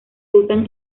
usan